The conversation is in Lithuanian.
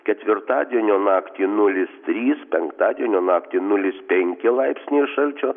ketvirtadienio naktį nulis trys penktadienio naktį nulis penki laipsniai šalčio